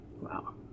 Wow